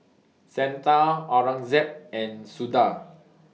Santha Aurangzeb and Suda